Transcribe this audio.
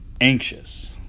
anxious